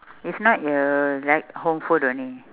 if not you like home food only